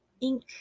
Ink